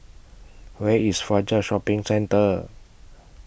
Where IS Fajar Shopping Centre